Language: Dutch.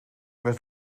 werd